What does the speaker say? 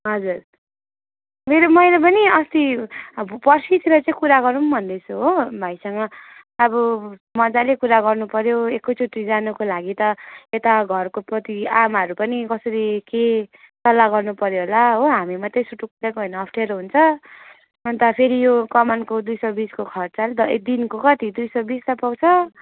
हजुर मेरो मैले पनि अस्ति अब पर्सितिर चाहिँ कुरा गरौँ भन्दैछु हो भाइसँग अब मजाले कुरा गर्नुपऱ्यो एकैचोटि जानुको लागि त यता घरकोपट्टि आमाहरू पनि कसरी के सल्लाह गर्नुपऱ्यो होला हो हामी मात्रै सुटुक्क गयो भने अप्ठ्यारो हुन्छ अन्त फेरि यो कमानको दुई सौ बिसको खर्चा पनि त ए दिनको कति दिनको दुई सौ बिस त पाउँछ